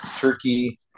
Turkey